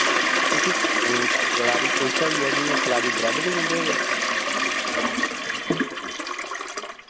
तुसी कलाड़ी कुलचा ही ऐ जि'यां कलाड़ी ब्रैड बी दिंदे केह्